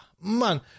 Man